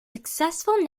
successful